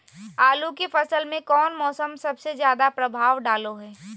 आलू के फसल में कौन मौसम सबसे ज्यादा प्रभाव डालो हय?